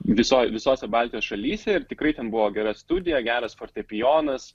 visoj visose baltijos šalyse ir tikrai ten buvo gera studija geras fortepijonas